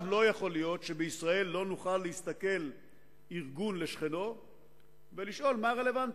לא יכול להיות שבישראל לא נוכל להסתכל ארגון לשכנו ולשאול מה רלוונטי.